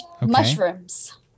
Mushrooms